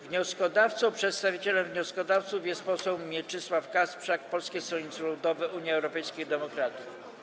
Wnioskodawcą, przedstawicielem wnioskodawców jest poseł Mieczysław Kasprzak, Polskie Stronnictwo Ludowe - Unia Europejskich Demokratów.